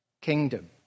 kingdom